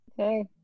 Okay